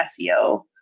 SEO